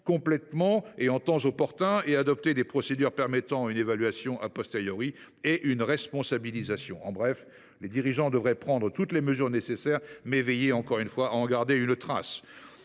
complètement et en temps opportun et adopter des procédures permettant une évaluation et une responsabilisation ». En bref, les dirigeants devraient prendre toutes les mesures nécessaires, mais veiller à en garder une trace.